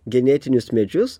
genetinius medžius